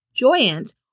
Joyant